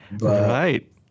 Right